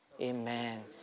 amen